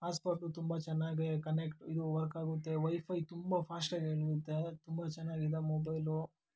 hotspot ತುಂಬ ಚೆನ್ನಾಗೆ connect ಇದು ವರ್ಕ್ ಆಗುತ್ತೆ ವೈಫೈ ತುಂಬ ಫಾಸ್ಟ್ ಆಗಿ ಎಳೆಯುತ್ತೆ ತುಂಬ ಚೆನ್ನಾಗಿದೆ ಮೊಬೈಲು